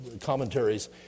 commentaries